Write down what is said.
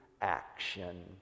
action